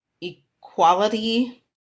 equality